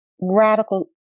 radical